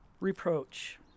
reproach